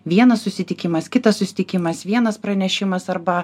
vienas susitikimas kitas susitikimas vienas pranešimas arba